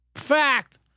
fact